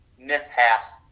mishaps